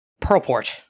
Pearlport